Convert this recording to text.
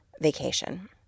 vacation